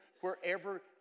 wherever